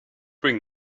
bring